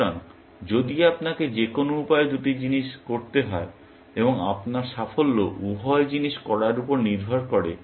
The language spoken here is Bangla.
সুতরাং যদি আপনাকে যে কোনও উপায়ে দুটি জিনিস করতে হয় এবং আপনার সাফল্য উভয় জিনিস করার উপর নির্ভর করে